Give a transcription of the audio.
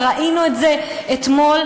וראינו את זה אתמול.